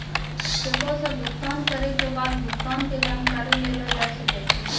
चेको से भुगतान करै के बाद भुगतान के जानकारी लेलो जाय सकै छै